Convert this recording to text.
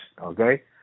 Okay